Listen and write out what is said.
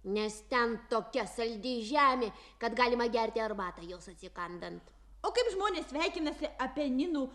nes ten tokia saldi žemė kad galima gerti arbatą jos atsikandant o kaip žmonės sveikinasi apeninų